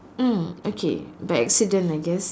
mm okay by accident I guess